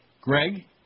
Greg